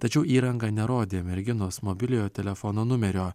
tačiau įranga nerodė merginos mobiliojo telefono numerio